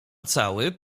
cały